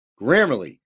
Grammarly